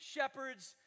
Shepherds